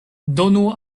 donu